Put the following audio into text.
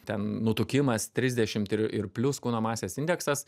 ten nutukimas trisdešimt ir ir plius kūno masės indeksas